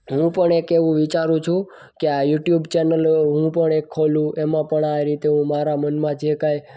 હું પણ એક એવું વિચારું છું કે આ યૂટ્યુબ ચેનલ હું પણ એક ખોલું એમાં પણ આ રીતે હું મારા મનમાં જે કાંઈ